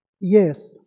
Yes